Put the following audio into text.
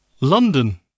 London